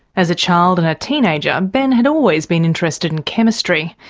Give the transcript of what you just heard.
as a child and a teenager, ben had always been interested in chemistry.